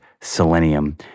selenium